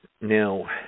Now